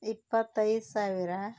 ಇಪ್ಪತ್ತೈದು ಸಾವಿರ